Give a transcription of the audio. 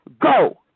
go